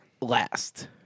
last